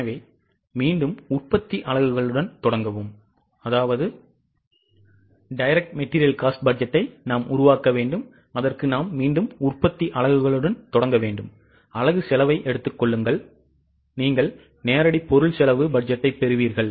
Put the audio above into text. எனவே மீண்டும் உற்பத்தி அலகுகளுடன் தொடங்கவும் அலகு செலவை எடுத்துக் கொள்ளுங்கள் நீங்கள் நேரடி பொருள் செலவு பட்ஜெட்டைப் பெறுவீர்கள்